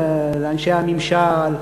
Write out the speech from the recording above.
לאנשי הממשל,